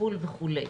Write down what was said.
טיפול וכולי.